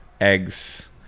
eggs